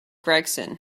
gregson